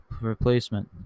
replacement